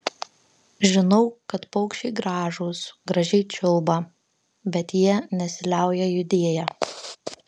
žinau kad paukščiai gražūs gražiai čiulba bet jie nesiliauja judėję